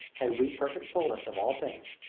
had we perfect fullness of all things,